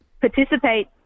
participate